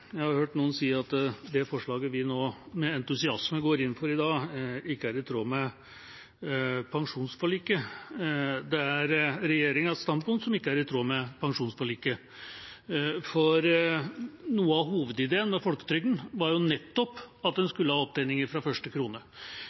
Jeg har hørt noen si at det forslaget vi nå med entusiasme går inn for i dag, ikke er i tråd med pensjonsforliket. Det er regjeringas standpunkt som ikke er i tråd med pensjonsforliket, for noe av hovedideen med folketrygda var nettopp at en skulle ha opptjening fra første krone.